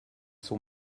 sont